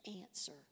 answer